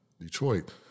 Detroit